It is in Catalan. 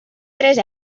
tres